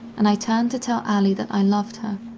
and i turned to tell allie that i loved her,